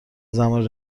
زمانی